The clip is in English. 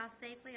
safely